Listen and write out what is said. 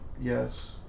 Yes